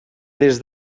des